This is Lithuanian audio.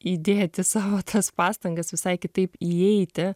įdėti savo tas pastangas visai kitaip įeiti